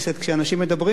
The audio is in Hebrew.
כשאנשים מדברים,